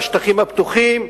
לשטחים הפתוחים,